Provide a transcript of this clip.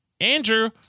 Andrew